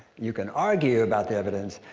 you can argue about the evidence,